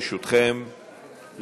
ברשותכם,